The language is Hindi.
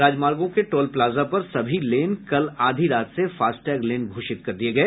राजमार्गो के टोल प्लाजा पर सभी लेन कल आधी रात से फास्टैग लेन घोषित हो गए